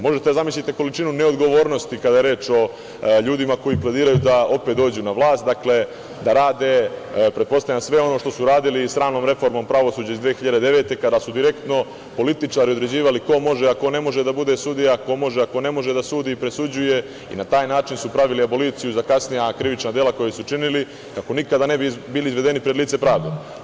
Možete da zamislite količinu neodgovornosti kada je reč o ljudima koji planiraju da opet dođu na vlast, da rade pretpostavljam sve ono što su radili i sa sramnom reformom pravosuđa iz 2009. godine kada su direktno političari određivali ko može a ko ne može da bude sudija, ko može a ko ne može da sudi i presuđuje i na taj način su pravili aboliciju za kasnija krivična dela koja su činili, kako nikada ne bi bili izvedeni pred lice pravde.